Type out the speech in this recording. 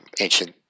ancient